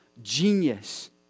genius